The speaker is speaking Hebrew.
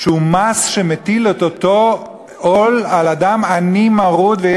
שהוא מס שמטיל את אותו עול על אדם עני מרוד ועל